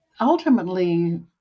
ultimately